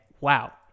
wow